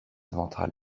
ventrale